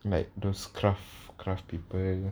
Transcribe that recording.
like those crafts crafts people